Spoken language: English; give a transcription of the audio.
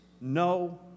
no